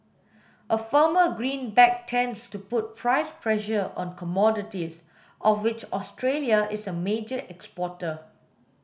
a firmer greenback tends to put price pressure on commodities of which Australia is a major exporter